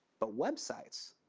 but websites,